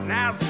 Now